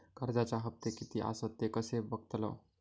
कर्जच्या हप्ते किती आसत ते कसे बगतलव?